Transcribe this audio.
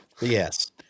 Yes